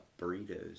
burritos